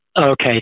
Okay